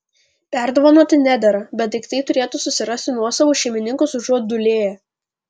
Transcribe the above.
perdovanoti nedera bet daiktai turėtų susirasti nuosavus šeimininkus užuot dūlėję